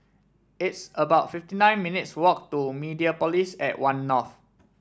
it's about fifty nine minutes' walk to Mediapolis at One North